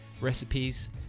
recipes